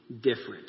different